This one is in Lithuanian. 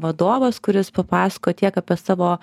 vadovas kuris papasakojo tiek apie savo